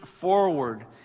forward